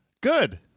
Good